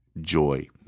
joy